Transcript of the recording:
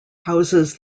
houses